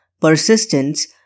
Persistence